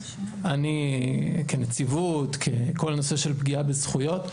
אני כנציבות, כל הנושא של פגיעה בזכויות.